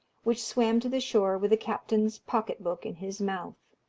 which swam to the shore with the captain's pocket-book in his mouth.